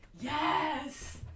Yes